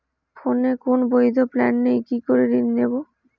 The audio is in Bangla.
ফোনে কোন বৈধ প্ল্যান নেই কি করে ঋণ নেব?